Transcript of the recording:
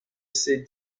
ses